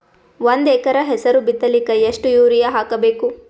ಒಂದ್ ಎಕರ ಹೆಸರು ಬಿತ್ತಲಿಕ ಎಷ್ಟು ಯೂರಿಯ ಹಾಕಬೇಕು?